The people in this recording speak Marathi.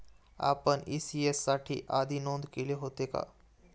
आपण इ.सी.एस साठी आधी नोंद केले होते का?